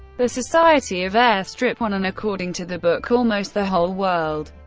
the society of airstrip one and, according to the book, almost the whole world,